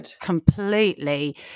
completely